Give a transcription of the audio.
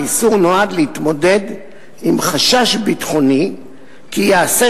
האיסור נועד להתמודד עם חשש ביטחוני כי ייעשה